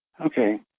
Okay